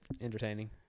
entertaining